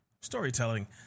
storytelling